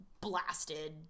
blasted